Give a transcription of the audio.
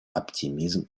оптимизм